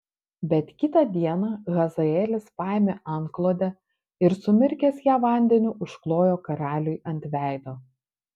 bet kitą dieną hazaelis paėmė antklodę ir sumirkęs ją vandeniu užklojo karaliui ant veido